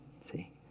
see